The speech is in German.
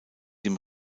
dem